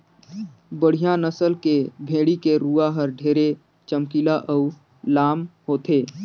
बड़िहा नसल के भेड़ी के रूवा हर ढेरे चमकीला अउ लाम होथे